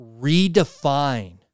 redefine